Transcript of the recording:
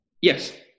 yes